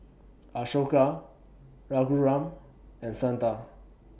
Ashoka Raghuram and Santha